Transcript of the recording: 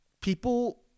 people